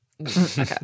Okay